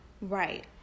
Right